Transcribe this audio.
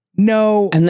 No